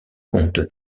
compte